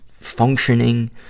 functioning